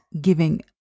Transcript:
giving